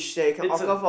it's a